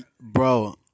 Bro